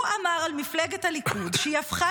הוא אמר על מפלגת הליכוד שהיא הפכה